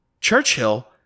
Churchill